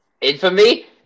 Infamy